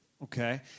Okay